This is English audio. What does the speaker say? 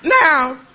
now